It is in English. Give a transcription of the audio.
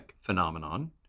phenomenon